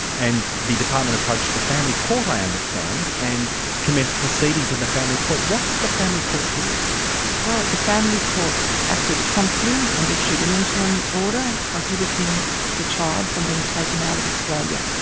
and the department approached the family court, i understand, and commenced proceedings in the family court. what did the family court do? well the family court acted promptly and issued an interim order prohibiting the child from being taken out of australia.